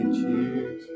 Cheers